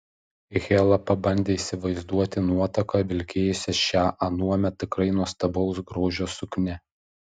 hela pabandė įsivaizduoti nuotaką vilkėjusią šią anuomet tikrai nuostabaus grožio suknią